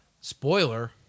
spoiler